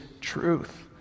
truth